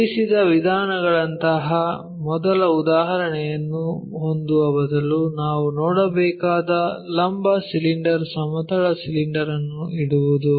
ಇರಿಸಿದ ವಿಧಾನಗಳಂತಹ ಮೊದಲ ಉದಾಹರಣೆಯನ್ನು ಹೊಂದುವ ಬದಲು ನಾವು ನೋಡಬೇಕಾದ ಲಂಬ ಸಿಲಿಂಡರ್ ಸಮತಲ ಸಿಲಿಂಡರ್ ಅನ್ನು ಇಡುವುದು